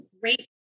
great